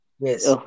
Yes